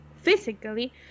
physically